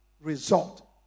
result